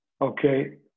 Okay